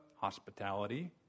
Hospitality